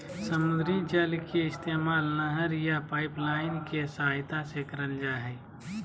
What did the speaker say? समुद्री जल के इस्तेमाल नहर या पाइपलाइन के सहायता से करल जा हय